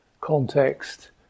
Context